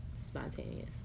Spontaneous